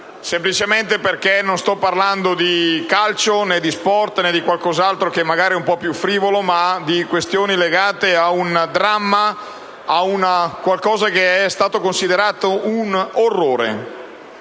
semplicemente perché non sto parlando di calcio, né di sport, né di qualche altro argomento un po' più frivolo, ma sto parlando di una questione legata ad un dramma, a qualcosa che è stato considerato un orrore.